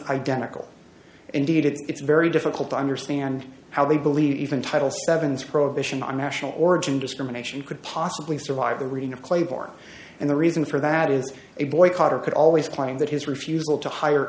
identical indeed it's very difficult to understand how they believe even titles seven's prohibition on national origin discrimination could possibly survive the reading of claiborne and the reason for that is a boycott or could always claim that his refusal to hire